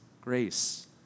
grace